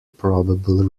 probable